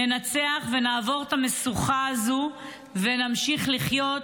ננצח, נעבור את המשוכה הזו ונמשיך לחיות".